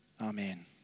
Amen